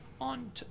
on